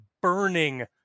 burning